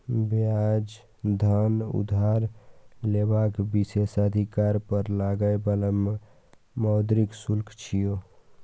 ब्याज धन उधार लेबाक विशेषाधिकार पर लागै बला मौद्रिक शुल्क छियै